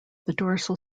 dorsal